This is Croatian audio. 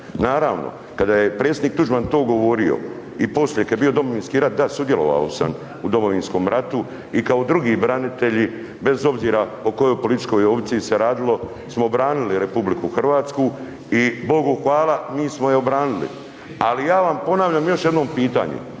Naravno, kada je predsjednik Tuđman to govorio i poslije kad je bio Domovinski rat, da sudjelovao sam u Domovinskom ratu i kao drugi branitelji bez obzira o kojoj političkoj opciji se radilo smo branili RH, i Bogu hvala mi smo je obranili, ali ja vam ponavljam još jednom pitanje.